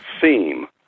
Theme